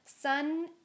sun